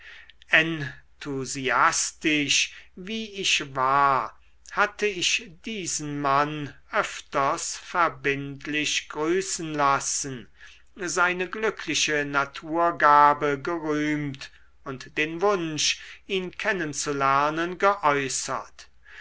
wie ich war hatte ich diesen mann öfters verbindlich grüßen lassen seine glückliche naturgabe gerühmt und den wunsch ihn kennen zu lernen geäußert